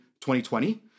2020